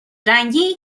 رنگی